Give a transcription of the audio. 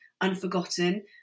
unforgotten